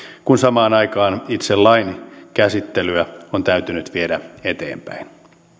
kun samaan aikaan itse lain käsittelyä on täytynyt viedä eteenpäin